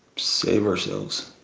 save ourselves.